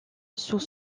sous